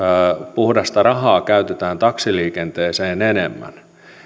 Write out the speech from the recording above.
puhdasta rahaa käytetään taksiliikenteeseen enemmän